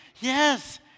Yes